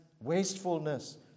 wastefulness